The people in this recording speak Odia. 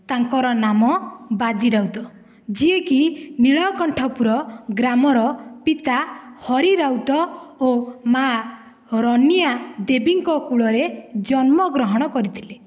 ତାଙ୍କର ନାମ ବାଜି ରାଉତ ଯିଏକି ନୀଳକଣ୍ଠପୁର ଗ୍ରାମର ପିତା ହରି ରାଉତ ଓ ମା' ରନିଆ ଦେବୀଙ୍କ କୂଳରେ ଜନ୍ମ ଗ୍ରହଣ କରିଥିଲେ